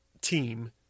team